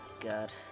God